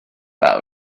awr